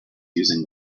using